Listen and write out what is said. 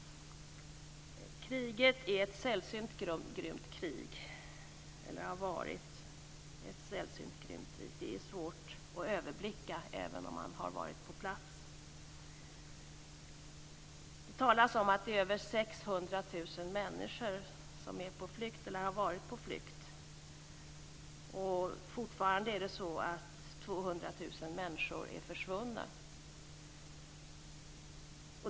Kriget har varit ett sällsynt grymt krig. Det är svårt att överblicka det även om man har varit på plats. Det talas om att över 600 000 människor är eller har varit på flykt. Fortfarande är 200 000 människor försvunna.